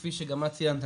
כפי שגם את ציינת,